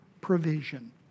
provision